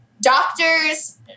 doctors